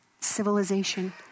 civilization